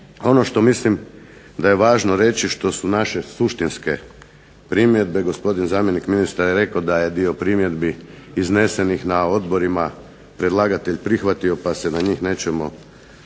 Ono što mislim da je važno reći i što su naše suštinske primjedbe gospodin zamjenik ministra je rekao da je dio primjedbi iznesenih na odborima predlagatelj prihvatio pa se na njih nećemo u